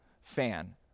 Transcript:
fan